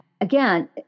Again